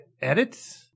Edit